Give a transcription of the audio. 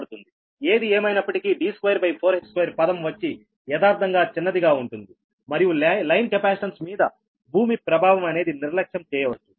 ఏది ఏమైనప్పటికీ D24h2పదం వచ్చి యదార్ధంగా చిన్నదిగా ఉంటుంది మరియు లైన్ కెపాసిటెన్స్ మీద భూమి ప్రభావం అనేది నిర్లక్ష్యం చేయవచ్చు